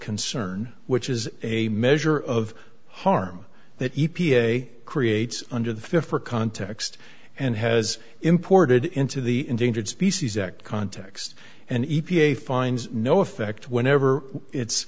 concern which is a measure of harm that e p a creates under the fair for context and has imported into the endangered species act context and e p a finds no effect whenever it's